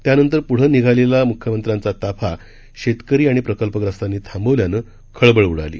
त्यानंतर पुढं निघालेल्या मुख्यमंत्र्यांचा ताफा शेतकरी आणि प्रकल्पग्रस्तांनी थांबवल्यानं खळबळ उडाली